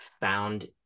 found